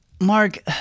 Mark